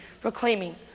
proclaiming